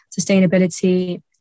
sustainability